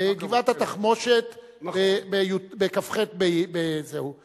בגבעת-התחמושת בכ"ח ביום ירושלים.